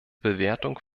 bewertung